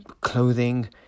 clothing